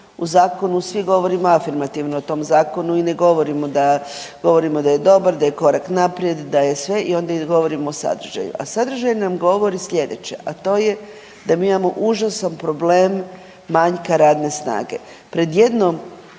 u zakonu svi govorimo afirmativno o tom zakonu i ne govorimo, govorimo da je dobar, da je korak naprijed, da je sve i onda govorimo o sadržaju. A sadržaj nam govori sljedeće, a to je da mi imamo užasan problem manjka radne snage.